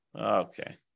Okay